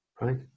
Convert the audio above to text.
Right